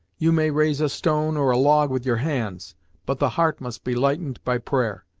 you may raise a stone, or a log, with your hands but the heart must be lightened by prayer.